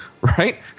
right